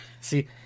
See